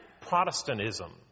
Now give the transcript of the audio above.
Protestantism